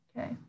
okay